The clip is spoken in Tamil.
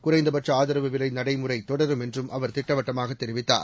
குறைந்தபட்ச ஆதரவு விலை நடைமுறை தொடரும் என்றும் அவர் திட்டவட்டமாகத் தெரிவித்தார்